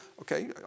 okay